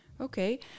Okay